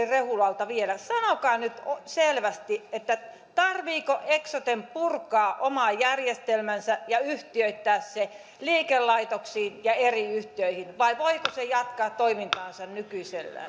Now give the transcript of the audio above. rehulalta vielä sanokaa nyt selvästi tarvitseeko eksoten purkaa oma järjestelmänsä ja yhtiöittää se liikelaitoksiin ja eri yhtiöihin vai voiko se jatkaa toimintaansa nykyisellään